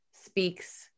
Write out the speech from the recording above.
speaks